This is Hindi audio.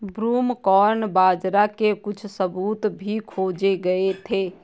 ब्रूमकॉर्न बाजरा के कुछ सबूत भी खोजे गए थे